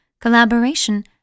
collaboration